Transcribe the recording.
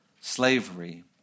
slavery